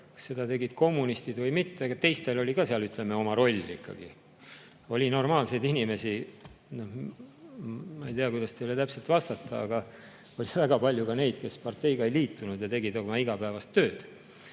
seda tegid kommunistid või mitte, aga teistel oli ka seal, ütleme, oma roll ikkagi, oli normaalseid inimesi. Ma ei tea, kuidas teile täpselt vastata, aga oli väga palju ka neid, kes parteiga ei liitunud ja tegid oma igapäevast tööd